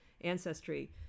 ancestry